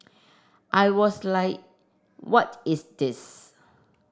I was like what is this